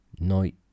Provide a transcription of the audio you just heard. Night